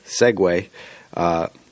segue